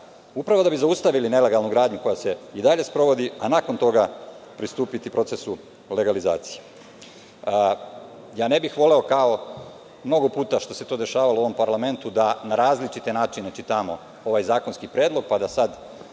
upravo da bi zaustavili nelegalnu gradnju koja se i dalje sprovodi, pristupiti procesu legalizacije. Ne bih voleo, kao mnogo puta što se dešavalo u ovom parlamentu, da na različite načine čitamo ovaj zakonski predlog, pa da sada